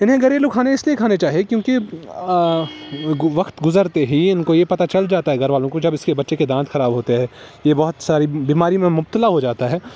انہیں گھریلو کھانے اس لیے کھانے چاہیے کیونکہ وقت گزرتے ہی ان کو یہ پتا چل جاتا ہے گھر والوں کو جب اس کے بچے کے دانت خراب ہوتے ہے یہ بہت ساری بیماری میں مبتلا ہو جاتا ہے